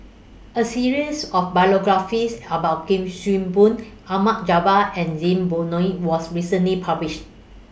A series of biographies about Kuik Swee Boon Ahmad Jaafar and Zainudin Nordin was recently published